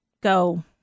go